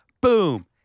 Boom